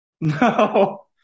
No